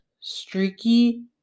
streaky